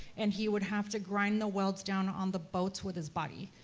and he would have to grind the welds down on the boat with his body.